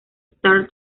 star